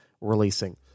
releasing